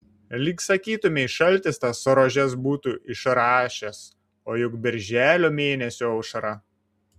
lyg sakytumei šaltis tas rožes būtų išrašęs o juk birželio mėnesio aušra